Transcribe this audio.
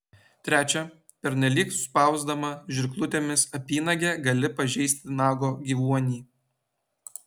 trečia pernelyg spausdama žirklutėmis apynagę gali pažeisti nago gyvuonį